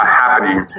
happening